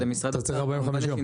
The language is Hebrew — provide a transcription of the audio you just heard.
אתה צריך 45 יום.